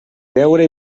beure